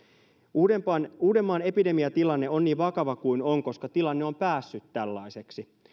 uudenmaan uudenmaan epidemiatilanne on niin vakava kuin on koska tilanne on päässyt tällaiseksi